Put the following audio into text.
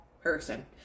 person